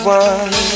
one